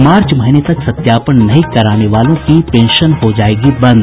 मार्च महीने तक सत्यापन नहीं कराने वालों की पेंशन हो जायेगी बंद